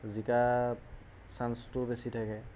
জিকাত চান্সটোও বেছি থাকে